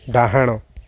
ଡାହାଣ